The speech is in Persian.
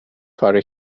کارو